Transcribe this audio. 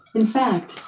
in fact,